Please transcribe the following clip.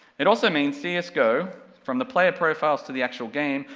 it also means cs go, from the player profiles to the actual game,